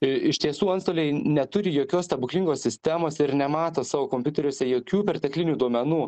i iš tiesų antstoliai neturi jokios stebuklingos sistemos ir nemato savo kompiuteriuose jokių perteklinių duomenų